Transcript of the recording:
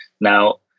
Now